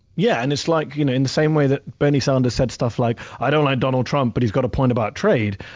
yeah. and it's like you know in the same way that bernie sanders said stuff like, i don't like donald trump, but he's got a point about trade.